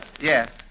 Yes